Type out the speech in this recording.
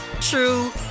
true